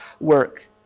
work